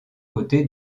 côté